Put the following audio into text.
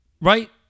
Right